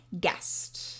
guest